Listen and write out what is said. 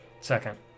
Second